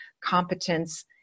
competence